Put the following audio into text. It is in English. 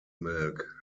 milk